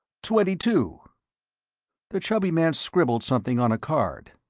twenty-two. the chubby man scribbled something on a card.